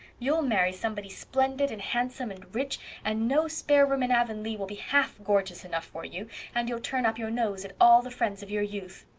you'll marry somebody splendid and handsome and rich and no spare room in avonlea will be half gorgeous enough for you and you'll turn up your nose at all the friends of your youth.